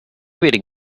reading